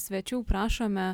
svečių prašome